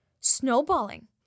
snowballing